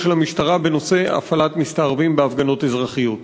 של המשטרה בנושא הפעלת מסתערבים בהפגנות אזרחיות.